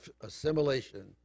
assimilation